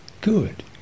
good